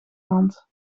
land